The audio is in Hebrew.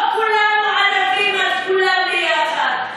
לא כולנו ערבים אז כולם ביחד.